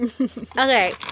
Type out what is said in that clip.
Okay